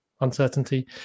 uncertainty